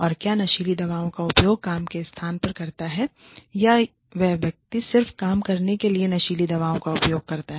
और क्या नशीली दवाओं का उपयोग काम के स्थान पर करता है या वह व्यक्ति सिर्फ काम करने के लिए नशीली दवाओं का उपयोग करता है